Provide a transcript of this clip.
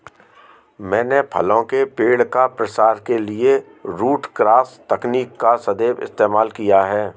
मैंने फलों के पेड़ का प्रसार के लिए रूट क्रॉस तकनीक का सदैव इस्तेमाल किया है